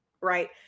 right